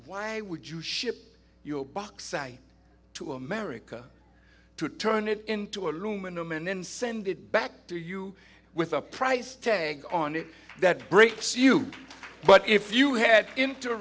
why would you ship your box site to america to turn it into aluminum and then send it back to you with a price tag on it that breaks you but if you head int